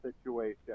situation